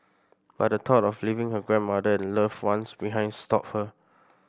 but the thought of leaving her grandmother and loved ones behind stopped her